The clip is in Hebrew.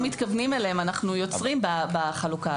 מתכוונים אליהם אנחנו יוצרים בחלוקה הזאת.